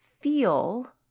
feel